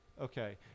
Okay